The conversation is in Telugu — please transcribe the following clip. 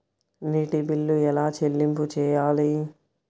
నీటి బిల్లు ఎలా చెల్లింపు చేయాలి?